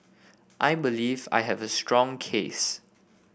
I believe I have a strong case